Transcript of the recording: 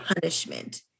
punishment